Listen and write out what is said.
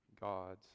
God's